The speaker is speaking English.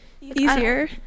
easier